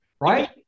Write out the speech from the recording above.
right